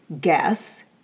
guess